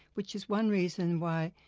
which is one reason why,